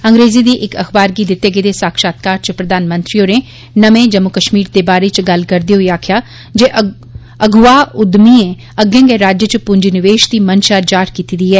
अंग्रेजी दी इक अखबार गी दित्ते गेदे साक्षात्कार च प्रधानमंत्री होरे नमें जम्मू कश्मीर दे बारे च गल्ल करदे होई आक्खेआ जे अगुआं उद्दमिए अग्गें गै राज्य च पूंजीनिवेश दी मंशा जाहर कीती दी ऐ